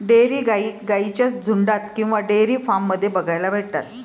dairy गाई गाईंच्या झुन्डात किंवा डेयरी फार्म मध्ये बघायला भेटतात